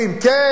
כן,